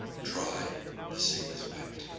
dry the same as wet.